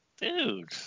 dude